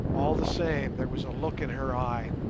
all the same there was a look in her eye,